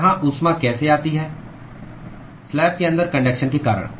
यहाँ ऊष्मा कैसे आती है स्लैब के अंदर कन्डक्शन के कारण